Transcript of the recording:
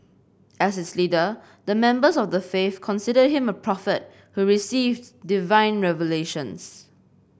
as its leader the members of the faith considered him a prophet who received divine revelations